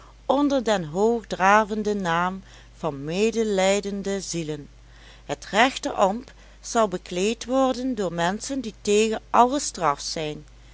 onder den hoogdravenden naam van medelijdende zielen het rechterambt zal bekleed worden door menschen die tegen àlle straf zijn